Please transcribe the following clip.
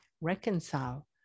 reconcile